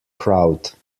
crowd